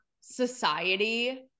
society